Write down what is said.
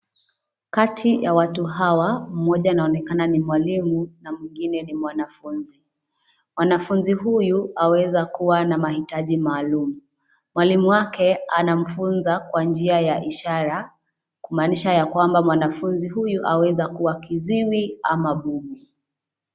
Kati ya watu hawa mmoja anaonekana ni mwalimu na mwingine ni mwanafunzi, mwanafunzi huyu aweza kuwa na mahitaji maalum, mwalimu wake anamfunza kwa njia ya ishara, kumaanisha ya kwamba mwanafunzi huyu aweza kuwa kiziwi ama bubu.